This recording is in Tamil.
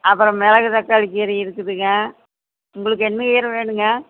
அப்புறம் மிளகுத்தக்காளி கீரை இருக்குதுங்க உங்களுக்கு என்ன கீரை வேணுங்க